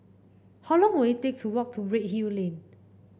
how long will it take to walk to Redhill Lane